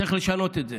צריך לשנות את זה.